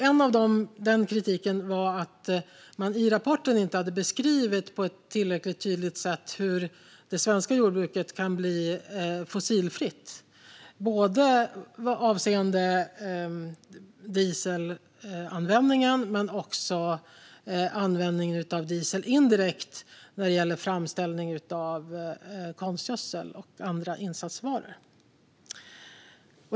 En del av kritiken var att man i rapporten inte hade beskrivit tillräckligt tydligt hur det svenska jordbruket kan bli fossilfritt både avseende dieselanvändningen och användningen av diesel indirekt vid framställning av konstgödsel och andra insatsvaror.